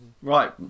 Right